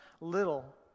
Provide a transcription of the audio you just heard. little